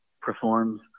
performs